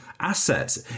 assets